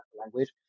language